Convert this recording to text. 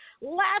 Last